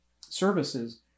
services